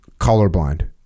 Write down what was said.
colorblind